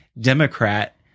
Democrat